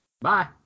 Bye